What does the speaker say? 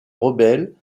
rebelles